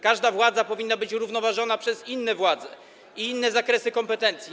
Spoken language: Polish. Każda władza powinna być równoważona przez inne władze i inne zakresy kompetencji.